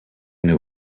new